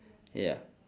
ya